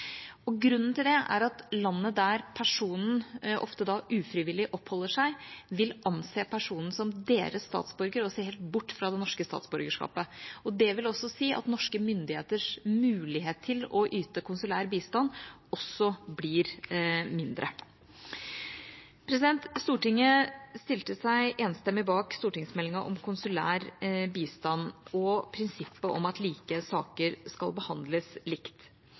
Grunnen til det er at landet der personen, ofte ufrivillig, oppholder seg, vil anse personen som deres statsborger og se helt bort fra det norske statsborgerskapet. Det vil si at norske myndigheters mulighet til å yte konsulær bistand også blir mindre. Stortinget stilte seg enstemmig bak stortingsmeldinga om konsulær bistand og prinsippet om at like saker skal behandles likt.